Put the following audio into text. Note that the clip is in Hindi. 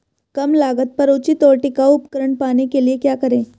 कम लागत पर उचित और टिकाऊ उपकरण पाने के लिए क्या करें?